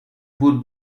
would